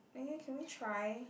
eh can we try